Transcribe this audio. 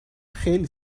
خیلی